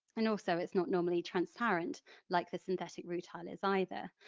and also it's not normally transparent like the synthetic rutile is either.